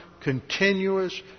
continuous